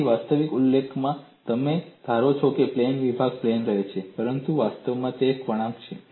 તેથી વાસ્તવિક ઉકેલમાં તમે ધારો છો કે પ્લેન વિભાગ પ્લેન રહે છે પરંતુ વાસ્તવમાં તે એક વળાંક છે